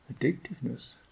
addictiveness